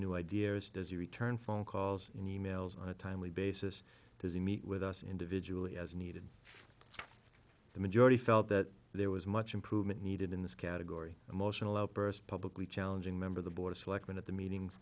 new ideas does he return phone calls and emails on a timely basis does he meet with us individually as needed the majority felt that there was much improvement needed in this category emotional outburst publicly challenging member of the board of selectmen at the meetings